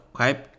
okay